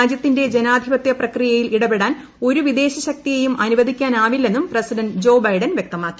രാജ്യത്തിന്റെ ജനാധിപതൃ പ്രക്രിയയിൽ ഇടപെടാൻ ഒരു വിദേശ ശക്തിയേയും അനുവദിക്കാനാവില്ലെന്നും പ്രസിഡന്റ് ജോ ബൈഡൻ വ്യക്തമാക്കി